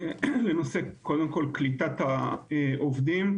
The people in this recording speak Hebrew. לנושא, קודם כל קליטת העובדים.